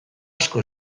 asko